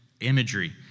imagery